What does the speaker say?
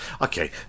okay